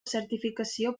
certificació